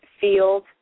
field